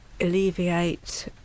alleviate